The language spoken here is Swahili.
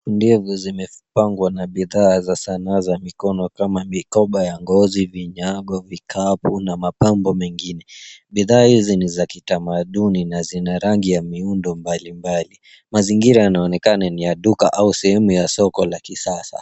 Ndevu zimepangwa na Sanaa za mikono kama vile mikoba ya ngozi, vinyago, vikapu na mapambo mengine. Bidhaa hizi ni za kitamaduni na zina rangi ya miundo ya rangi mbalimbali. Mazingira yanaonekana ni ya duka au sehemu ya soko la kisasa.